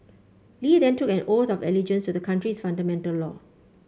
Li then took an oath of allegiance to the country's fundamental law